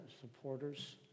supporters